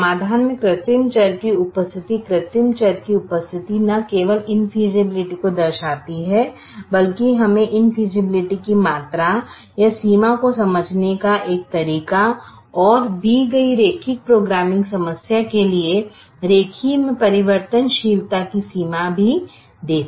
तो समाधान में कृत्रिम चर की उपस्थिति न केवल इंफ़ेयसिबिलिटी को दर्शाती है बल्कि हमें इंफ़ेयसिबिलिटी की मात्रा या सीमा को समझने का एक तरीका और दी गई रेखीय प्रोग्रामिंग समस्या के लिए रेखीय में परिवर्तनशीलता की सीमा भी देती है